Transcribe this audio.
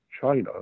China